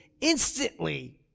instantly